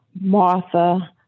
Martha